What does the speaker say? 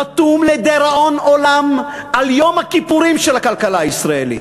חתום לדיראון עולם על יום הכיפורים של הכלכלה הישראלית.